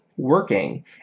working